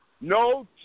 no